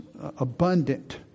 abundant